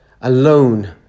alone